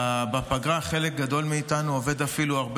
בפגרה חלק גדול מאיתנו עובדים אפילו הרבה